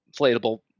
inflatable